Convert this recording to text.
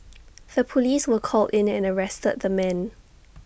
the Police were called in and arrested the man